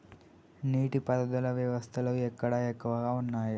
నీటి పారుదల వ్యవస్థలు ఎక్కడ ఎక్కువగా ఉన్నాయి?